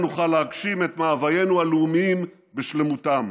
נוכל להגשים את מאוויינו הלאומיים בשלמותם.